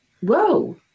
whoa